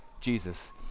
Jesus